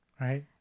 right